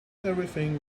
everything